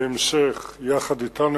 להמשך יחד אתנו,